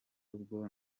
ubwo